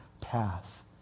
path